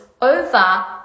over